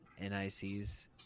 NICs